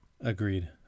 Agreed